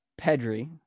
Pedri